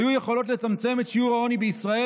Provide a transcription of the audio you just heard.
היו יכולות לצמצם את שיעור העוני בישראל